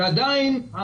ועדיין,